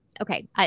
okay